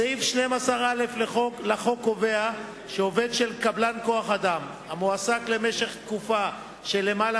סעיף 12א לחוק קובע שעובד של קבלן כוח-אדם המועסק למשך תקופה של למעלה